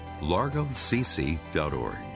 largocc.org